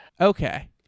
Okay